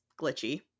glitchy